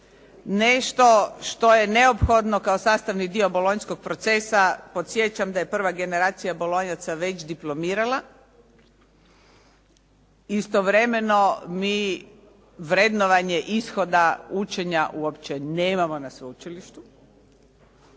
nešto što je neophodno kao sastavni dio bolonjskog procesa, podsjećam da je prva generacija bolonjaca već diplomirala. Istovremeno mi vrednovanje ishoda učenja uopće nemamo na sveučilištu.